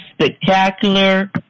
spectacular